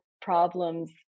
problems